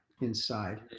inside